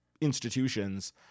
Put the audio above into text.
institutions